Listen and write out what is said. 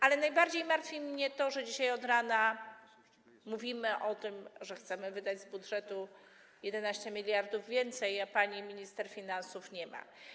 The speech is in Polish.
Ale najbardziej martwi mnie to, że dzisiaj od rana mówimy o tym, że chcemy wydać z budżetu 11 mld zł więcej, a pani minister finansów nie ma.